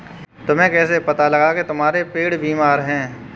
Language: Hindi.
तुम्हें कैसे पता लगा की तुम्हारा पेड़ बीमार है?